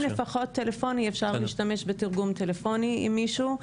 לפחות טלפוני אפשר להשתמש בתרגום טלפוני עם מישהו.